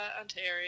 Ontario